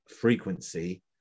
frequency